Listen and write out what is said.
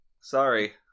Sorry